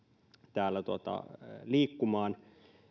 täällä liikkumaan